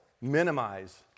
minimize